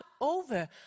over